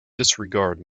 disregard